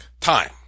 time